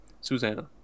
Susanna